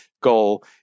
goal